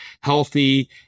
healthy